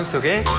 okay,